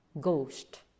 ghost